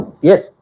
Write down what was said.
Yes